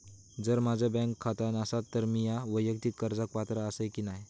जर माझा बँक खाता नसात तर मीया वैयक्तिक कर्जाक पात्र आसय की नाय?